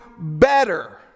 better